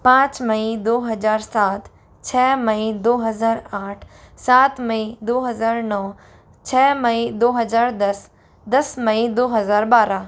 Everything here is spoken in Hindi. पाँच मई दो हज़ार सात छ मई दो हज़ार आठ सात मई दो हज़ार नौ छ मई दो हज़ार दस दस मई दो हज़ार बारह